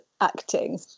acting